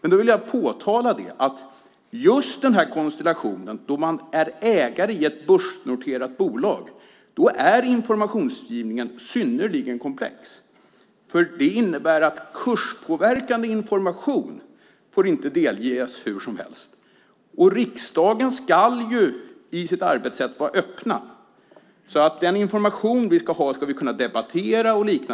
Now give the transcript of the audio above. Då vill jag påtala att just konstellationen att man är ägare i ett börsnoterat bolag gör informationsgivningen synnerligen komplex. Det innebär att kurspåverkande information inte får delges hur som helst. Riksdagen ska i sitt arbetssätt vara öppen så att den information vi har ska vi kunna debattera.